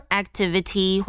activity